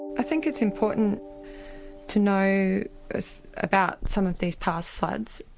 i think it's important to know about some of these past floods,